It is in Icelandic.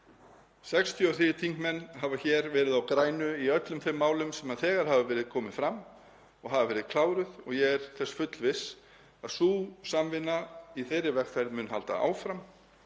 63 þingmenn hafa hér verið á grænu í öllum þeim málum sem þegar hafa komið fram og hafa verið kláruð. Ég er þess fullviss að sú samvinna í þeirri vegferð mun halda áfram